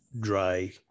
dry